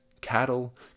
cattle